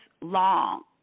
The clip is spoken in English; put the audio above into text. long